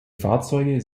fahrzeuge